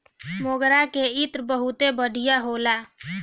मोगरा के इत्र बहुते बढ़िया होला